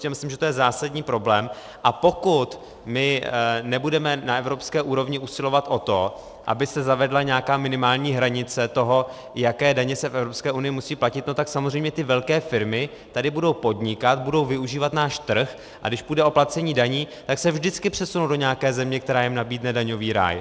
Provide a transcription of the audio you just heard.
Myslím, že to je zásadní problém, a pokud my nebudeme na evropské úrovni usilovat o to, aby se zavedla nějaká minimální hranice toho, jaké daně se v Evropské unii musí platit, tak samozřejmě ty velké firmy tady budou podnikat, budou využívat náš trh, a když půjde o placení daní, tak se vždycky přesunou do nějaké země, která jim nabídne daňový ráj.